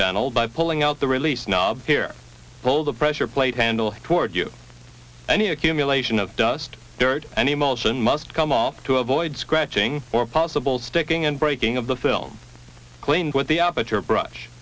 channel by pulling out the release knob here all the pressure plate handle toward you any accumulation of dust dirt and emotion must come off to avoid scratching or possible sticking and breaking of the film cleaned with the